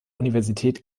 universität